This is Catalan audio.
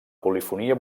polifonia